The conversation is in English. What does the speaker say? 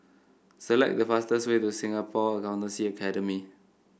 select the fastest way to Singapore Accountancy Academy